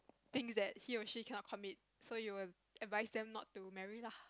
thinks that he or she cannot commit so you will advise them not to marry lah